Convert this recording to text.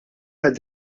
għad